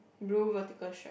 blue vertical shirt